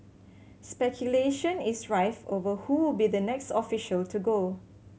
speculation is rife over who with the next official to go